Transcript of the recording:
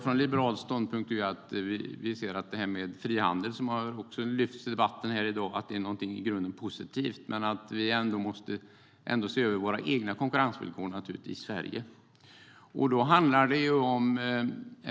Från liberal ståndpunkt ser vi att frihandel, som också har lyfts upp i debatten här i dag, är någonting i grunden positivt, men att vi i Sverige ändå måste se över våra egna konkurrensvillkor.